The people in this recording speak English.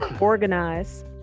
organize